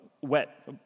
wet